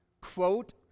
quote